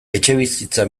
etxebizitza